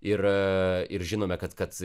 ir ir žinome kad kad